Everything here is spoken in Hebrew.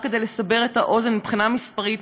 רק כדי לסבר את האוזן מבחינה מספרית,